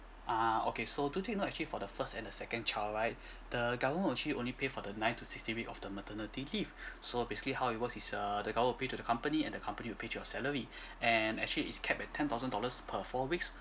ah okay so do take note actually for the first and the second child right the government actually only pay for the nine to sixteen week of the maternity leave so basically how it works is err the government will pay to the company and the company will pay to your salary and actually it's capped at ten thousand dollars per four weeks